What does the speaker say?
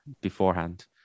beforehand